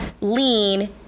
lean